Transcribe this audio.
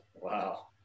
Wow